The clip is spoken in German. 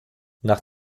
nach